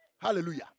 Hallelujah